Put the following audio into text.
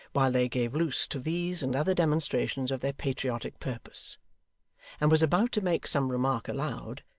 while they gave loose to these and other demonstrations of their patriotic purpose and was about to make some remark aloud,